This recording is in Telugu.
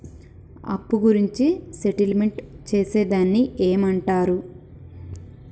అప్పు గురించి సెటిల్మెంట్ చేసేదాన్ని ఏమంటరు?